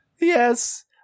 yes